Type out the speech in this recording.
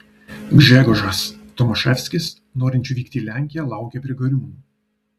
gžegožas tomaševskis norinčių vykti į lenkiją laukė prie gariūnų